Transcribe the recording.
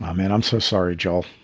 i mean, i'm so sorry, john. no,